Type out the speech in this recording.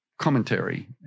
commentary